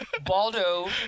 Baldo